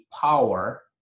power